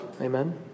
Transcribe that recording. Amen